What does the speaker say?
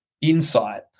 insight